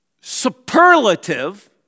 superlative